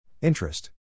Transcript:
Interest